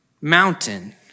mountain